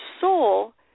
soul